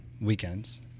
weekends